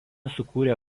sukūrė